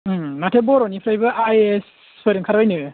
ओं माथो बर'निफ्रायबो आइ ए एस फोर ओंखारबायनो